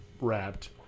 wrapped